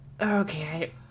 okay